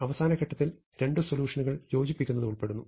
അവസാന ഘട്ടത്തിൽ രണ്ട് സൊലൂഷനുകൾ യോജിപ്പിക്കുന്നത് ഉൾപ്പെടുന്നു